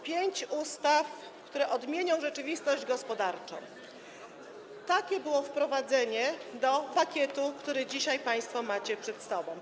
Pięć ustaw, które odmienią rzeczywistość gospodarczą - takie było wprowadzenie do pakietu, który dzisiaj państwo macie przed sobą.